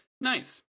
Nice